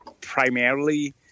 primarily